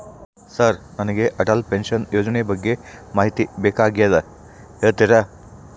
Sir ನನಗೆ Atal pension ಯೋಜನೆ ಬಗ್ಗೆ ಮಾಹಿತಿ ಬೇಕಾಗ್ಯದ ಹೇಳ್ತೇರಾ?